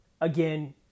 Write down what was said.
again